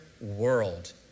world